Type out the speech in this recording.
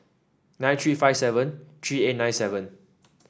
nine three five seven three eight nine seven